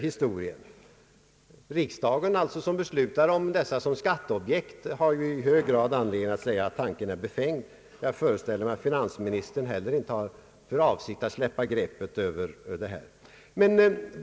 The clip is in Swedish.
Riksdagen som beslutar om dessa som skatteobjekt har i hög grad anledning att säga att tanken är befängd. Jag föreställer mig att finansministern inte heller har för avsikt att släppa greppet om dessa företag.